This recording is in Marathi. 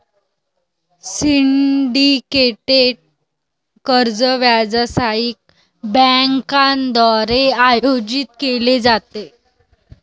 सिंडिकेटेड कर्ज व्यावसायिक बँकांद्वारे आयोजित केले जाते